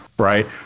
Right